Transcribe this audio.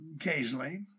occasionally